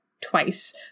twice